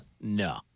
No